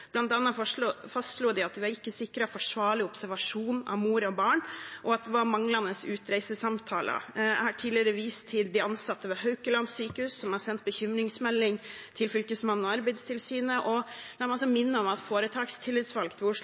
de at det ikke var sikret forsvarlig observasjon av mor og barn, og at det var manglende utreisesamtaler. Jeg har tidligere vist til de ansatte ved Haukeland sykehus, som har sendt bekymringsmelding til Fylkesmannen og Arbeidstilsynet. La meg også minne om at den foretakstillitsvalgte ved Oslo